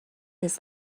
his